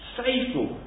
faithful